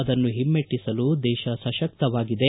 ಅದನ್ನು ಹಿಮ್ಮೆಟ್ಟಿಸಲು ದೇಶ ಸಶಕ್ತವಾಗಿದೆ